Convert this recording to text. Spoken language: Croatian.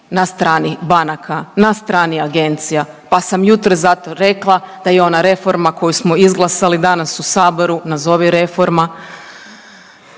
na strani banaka, na strani agencija, pa sam jutros zato rekla da je i ona reforma koju smo izglasali danas u Saboru nazovi reforma